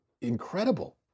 incredible